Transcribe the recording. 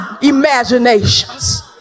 imaginations